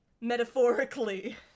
metaphorically